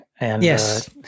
Yes